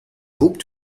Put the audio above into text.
hoped